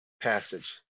passage